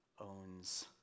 owns